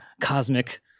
cosmic